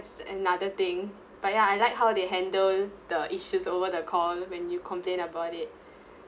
another thing but ya I like how they handle the issues over the call when you complain about it